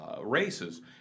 races